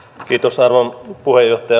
kiitos arvon puhemies